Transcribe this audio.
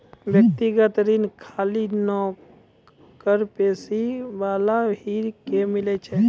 व्यक्तिगत ऋण खाली नौकरीपेशा वाला ही के मिलै छै?